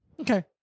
Okay